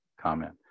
comment